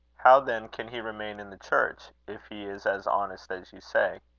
how then can he remain in the church, if he is as honest as you say?